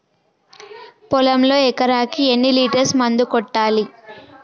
పొలంలో ఎకరాకి ఎన్ని లీటర్స్ మందు కొట్టాలి?